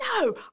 no